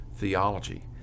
Theology